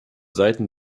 seiten